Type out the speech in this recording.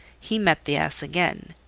he met the ass again,